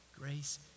Grace